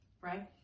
right